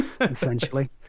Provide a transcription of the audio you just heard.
essentially